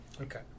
Okay